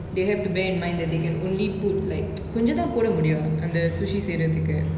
they have to bear in mind that they can only put like கொஞ்சந்தா போட முடியு அந்த:konjanthaa poda mudiyu antha sushi செய்ரதுக்கு:seirathuku